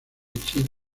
chile